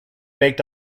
baked